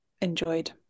enjoyed